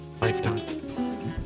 lifetime